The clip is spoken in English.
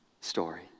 story